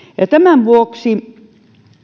tämän vuoksi